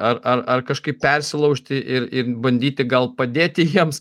ar ar ar kažkaip persilaužti ir ir bandyti gal padėti jiems